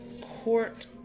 court